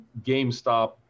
GameStop